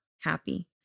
happy